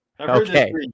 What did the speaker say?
Okay